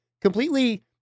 completely